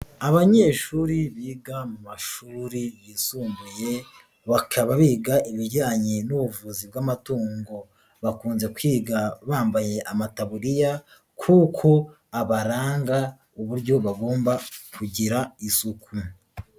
Abanyeshuri biga mu mashuri yisumbuye, bakaba biga ibijyanye n'ubuvuzi bw'amatungo, bakunze kwiga bambaye amataburiya kuko abaranga uburyo bagomba kugira isuku.